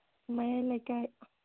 ꯃꯌꯥꯏ ꯂꯩꯀꯥꯏ